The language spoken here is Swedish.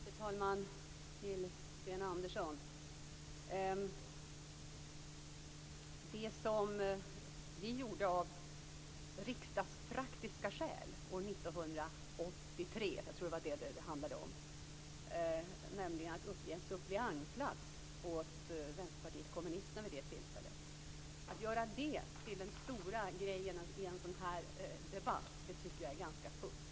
Fru talman! Till Sten Andersson vill jag säga att vi upplät en suppleantplats åt Vänsterpartiet kommunisterna år 1983 - jag tror att det handlade om det - av riksdagspraktiska skäl. Att göra det till den stora grejen i en sådan här debatt tycker jag är ganska futtigt.